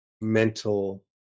mental